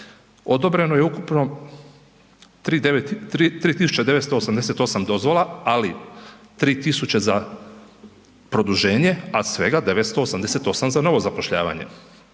odobreno je ukupno 3.988 dozvola, ali 3.000 za produženje, a svega 988 za novo zapošljavanje.